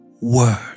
word